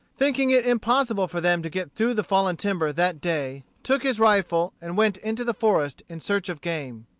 thinking it impossible for them to get through the fallen timber that day, took his rifle and went into the forest in search of game.